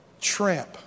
Tramp